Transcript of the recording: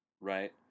Right